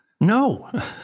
No